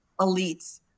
elites